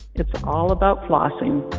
it's all about flossing